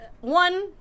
one